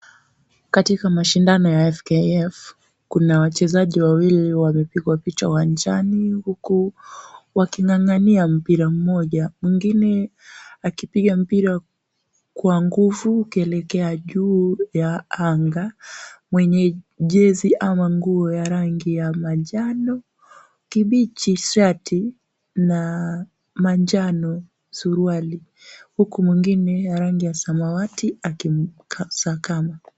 Katika mashindano ya FKF kuna wachezaji wawili wamepigwa picha uwanjani huku waking'ang'ania mpira moja mwingine akipiga mpira kwa nguvu ukielekea juu ya anga mwenye jezi ama nguo ya rangi ya manjano, kibichi shati na manjano suruali. Huku mwingine ya rangi ya samawati akimsakama.